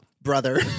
brother